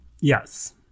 yes